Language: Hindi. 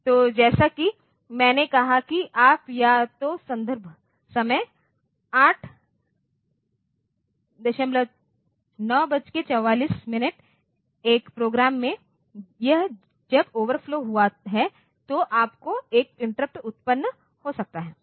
तो जैसा कि मैंने कहा कि आप या तो संदर्भ समय 0944 एक प्रोग्राम में या जब ओवरफ्लो हुआ है तो आपको एक इंटरप्ट उत्पन्न हो सकता है